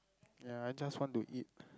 ya I just want to eat